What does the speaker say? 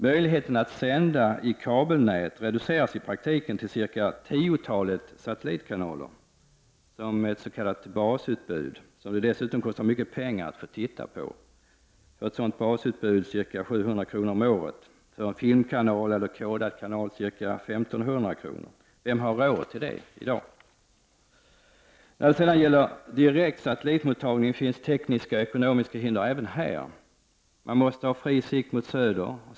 Möjligheten att sända i kabelnät reduceras i praktiken till cirka tiotalet satellitkanaler, som ett s.k. basutbud, vilka det dessutom kostar mycket pengar att få titta på. För ett sådant basutbud kostar det ca 700 kr. om året, för en filmkanal eller en kodad kanal ca 1 500 kr. Vem har råd till det i dag? Även för direkt satellitmottagning finns tekniska och ekonomiska hinder. Man måste ha fri sikt mot söder.